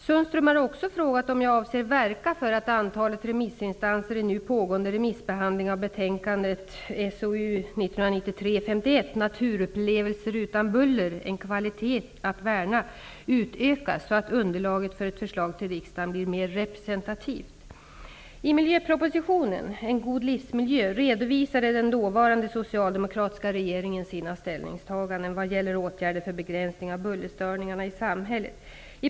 Sundström har också frågat om jag avser verka för att antalet remissinstanser i nu pågående remissbehandling av betänkandet Naturupplevelser utan buller - en kvalitet att värna utökas så att underlaget för ett förslag till riksdagen blir mer representativt.